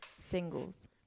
singles